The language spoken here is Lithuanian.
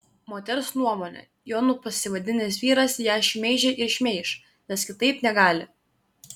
moters nuomone jonu pasivadinęs vyras ją šmeižė ir šmeiš nes kitaip negali